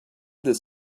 this